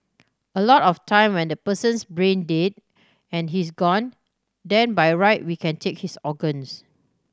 a lot of time when the person's brain dead and he's gone then by a right we can take his organs